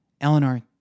Eleanor